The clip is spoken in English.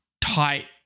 tight